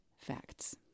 facts